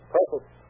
Perfect